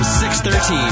613